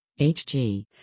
Hg